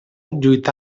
lluità